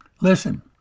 listen